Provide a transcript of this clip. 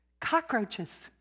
Cockroaches